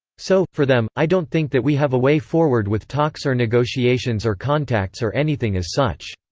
so, for them, i don't think that we have a way forward with talks or negotiations or contacts or anything as such.